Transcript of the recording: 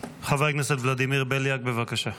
חבר הכנסת ולדימיר בליאק, בבקשה.